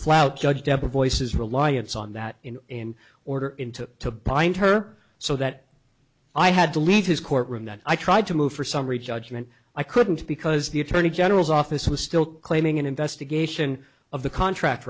flout judge deborah voices reliance on that in in order in to to bind her so that i had to leave his court room that i tried to move for summary judgment i couldn't because the attorney general's office was still claiming an investigation of the contract